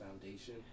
foundation